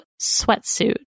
sweatsuit